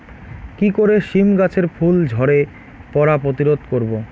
কি করে সীম গাছের ফুল ঝরে পড়া প্রতিরোধ করব?